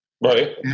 Right